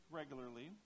regularly